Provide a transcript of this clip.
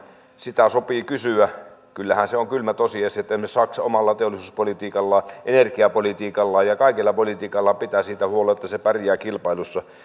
sitä sopii kysyä kyllähän se on kylmä tosiasia että esimerkiksi saksa omalla teollisuuspolitiikallaan energiapolitiikallaan ja kaikella politiikallaan pitää siitä huolen että se pärjää kilpailussa